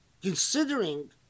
Considering